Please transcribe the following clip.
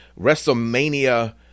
WrestleMania